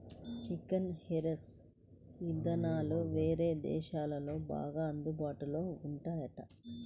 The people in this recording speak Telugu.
చికెన్ హార్వెస్ట్ ఇదానాలు వేరే దేశాల్లో బాగా అందుబాటులో ఉన్నాయంట